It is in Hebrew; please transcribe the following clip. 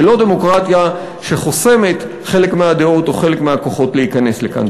ולא דמוקרטיה שחוסמת חלק מהדעות או חלק מהכוחות מלהיכנס לכאן.